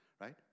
right